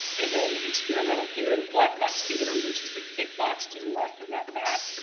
and then an experimental theater black box theater, which is the pink box to the left of that map.